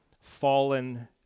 fallen